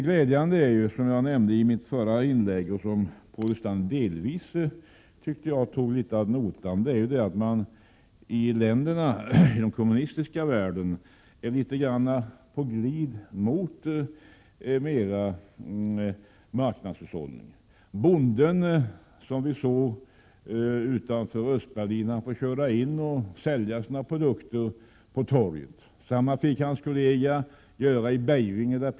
Glädjande är att man i länderna i den kommunistiska världen är litet på glid mot marknadshushållning. Jag nämnde det i mitt förra inlägg, och det verkar som om även Paul Lestander i någon mån tog det ad notam. Bonden som vi såg utanför Östberlin får köra in till staden och sälja sina produkter på torget. Detsamma kan hans kollega i Beijing göra.